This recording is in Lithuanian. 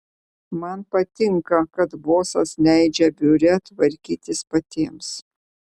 man patinka kad bosas leidžia biure tvarkytis patiems